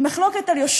היא מחלוקת על יושרה,